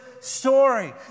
story